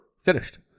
finished